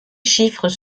chiffres